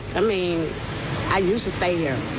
i mean i used to stay here,